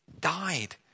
died